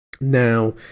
Now